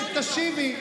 הינה, תשיבי.